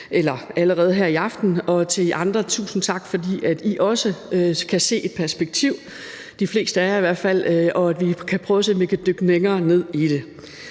har valgt at bakke op. Til jer andre: Tusind tak for, at I også kan se et perspektiv – de fleste af jer i hvert fald – og at vi kan prøve at se, om vi kan dykke længere ned i det.